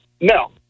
No